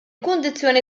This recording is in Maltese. kundizzjoni